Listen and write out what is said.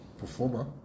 performer